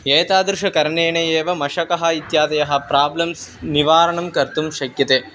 एतादृशकरणेन एव मशकाः इत्यादयः प्राब्लम्स् निवारणं कर्तुं शक्यते